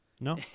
No